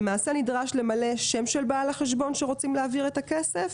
למעשה נדרש למלא שם של בעל החשבון שרוצים להעביר את הכסף,